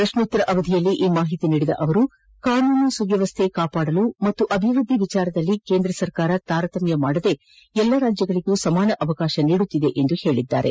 ಪ್ರಶ್ಯೋತ್ತರ ಅವಧಿಯಲ್ಲಿ ಈ ಮಾಹಿತಿ ನೀಡಿದ ಅವರು ಕಾನೂನು ಸುವ್ವವಸ್ಥೆ ಕಾಪಾಡಲು ಮತ್ತು ಅಭಿವೃದ್ಧಿ ವಿಚಾರದಲ್ಲಿ ಕೇಂದ್ರ ತಾರತಮ್ಮ ಮಾಡದೆ ಎಲ್ಲ ರಾಜ್ಜಗಳಿಗೆ ಸಮಾನ ಅವಕಾಶ ನೀಡುತ್ತಿದೆ ಎಂದು ಹೇಳಿದ್ದಾರೆ